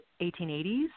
1880s